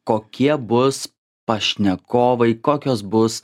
kokie bus pašnekovai kokios bus